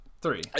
Three